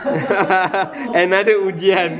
another ujian